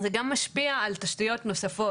זה גם משפיע על תשתיות נוספות.